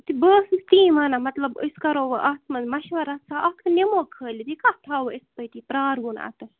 تہٕ بہٕ ٲسٕس تی وَنان مطلب أسۍ کَرو وۄنۍ اَتھ مَنٛز مشوَر رَژھا اَکھ تہٕ نِمو کھٲلِتھ یہِ کَتھ تھاوَو أسۍ تٔتی پرٛاروُن اَتَس